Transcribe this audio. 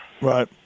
Right